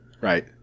Right